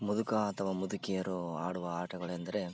ಮುದುಕ ಅಥವಾ ಮುದುಕಿಯರು ಆಡುವ ಆಟಗಳೆಂದರೆ